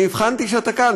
אני הבחנתי שאתה כאן,